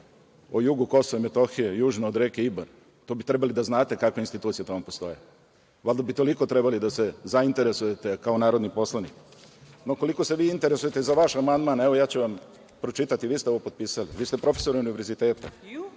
o jugu KiM, južno od reke Ibar. To bi trebali da znate da takve institucije tamo postoje. Valjda bi toliko trebali da se zainteresujete kao narodni poslanik. Ma koliko se vi interesujete za vaš amandman, evo ja ću vam pročitati, vi ste ovo potpisali, vi ste profesor Univerziteta,